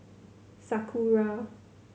sakura